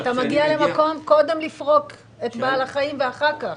אתה מגיע למקום, קודם לפרוק את בעל החיים ואחר כך.